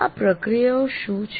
આ પ્રક્રિયાઓ શું છે